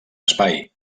espai